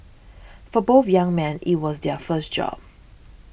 for both young men it was their first job